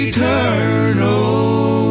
Eternal